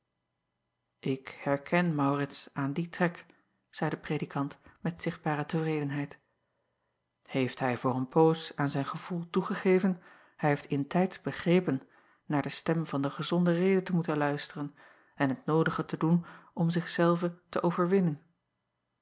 k herken aurits aan dien trek zeî de predikant met zichtbare tevredenheid heeft hij voor een poos aan zijn gevoel toegegeven hij heeft intijds begrepen naar de stem van de gezonde rede te moeten luisteren en het noodige te doen om zich zelven te overwinnen